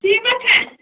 سیٖمَٹھ ہہ